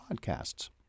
podcasts